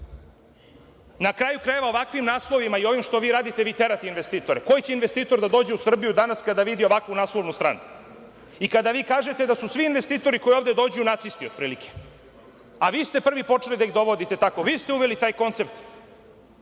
kraju krajeva, ovakvim naslovima i ovim što vi radite, vi terate investitore. Koji će investitor da dođe u Srbiju kada vidi ovakvu naslovnu stranu i kada vi kažete da su svi investitoru koji ovde dođu nacisti, otprilike, a vi ste prvi počeli da ih dovodite, vi ste uveli taj koncept